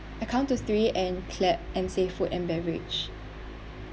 I count to three and clap and say food and beverage